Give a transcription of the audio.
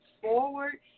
forward